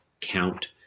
count